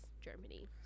Germany